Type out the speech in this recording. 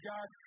God